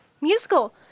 musical